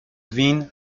وین